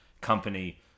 company